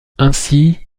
ainsi